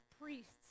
priests